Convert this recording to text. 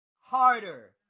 harder